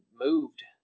moved